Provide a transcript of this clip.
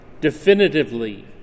definitively